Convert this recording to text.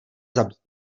zabít